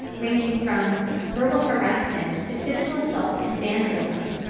ranging from verbal harassment to physical assault and vandalism.